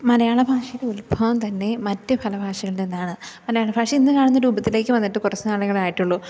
മലയാള ഭാഷയുടെ ഉത്ഭവം തന്നെ മറ്റു പല ഭാഷകളിൽ നിന്നാണ് മലയാള ഭാഷ ഇന്നു കാണുന്ന രൂപത്തിലേക്കു വന്നിട്ട് കുറച്ച് നാളുകളേ ആയിട്ടുള്ളു